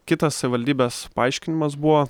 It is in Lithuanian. kitas savivaldybės paaiškinimas buvo